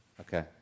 Okay